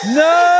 no